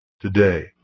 today